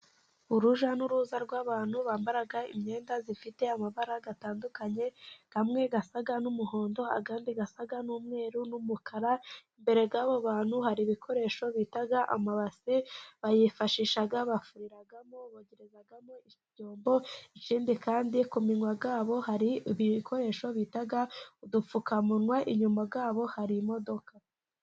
Urujya n'uruza rw'abantu bambara imyenda ifite amabara atandukanye, amwe asa n'umuhondo, andi asa n'umweru, n'umukara imbere yabo bantu hari ibikoresho bita amabase, bayifashisha bafuriramo, bogerezamo ibyombo, ikindi kandi ku minwa yabo hari ibikoresho bita udupfukamunwa, inyuma yabo hari imodoka.